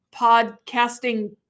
podcasting